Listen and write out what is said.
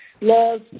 laws